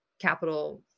capital